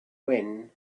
when